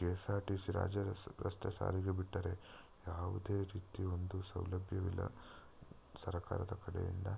KSRTC ರಾಜ್ಯ ರಸ್ಸೆ ರಸ್ತೆ ಸಾರಿಗೆ ಬಿಟ್ಟರೆ ಯಾವುದೇ ರೀತಿಯ ಒಂದು ಸೌಲಭ್ಯವಿಲ್ಲ ಸರಕಾರದ ಕಡೆ ಇಂದ